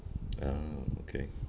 ah okay